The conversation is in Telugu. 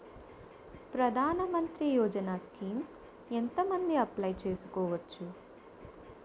ప్రధాన మంత్రి యోజన స్కీమ్స్ ఎంత మంది అప్లయ్ చేసుకోవచ్చు?